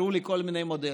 הראו לי כל מיני מודלים,